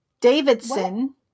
Davidson